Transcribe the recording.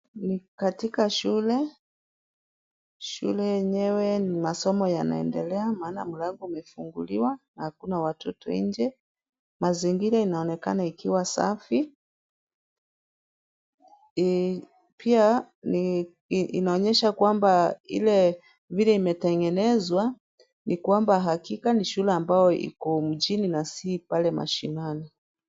Ni katika shule. Shule yenyewe ni masomo yanaendelea maana mlango umefunguliwa hakuna watoto nje. Mazingira inaonekana ikiwa safi eh pia ni inaonyesha kwamba ile vile imetengenezwa, ni kwamba hakika ni shule ambayo iko mjini na si pale mashinani.